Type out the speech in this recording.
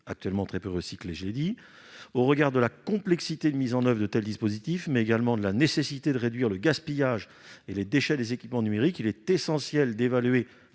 actuellement très peu recyclés. Au regard de la complexité de la mise en oeuvre de tels dispositifs, mais également de la nécessité de réduire le gaspillage et les déchets des équipements numériques, il est essentiel d'évaluer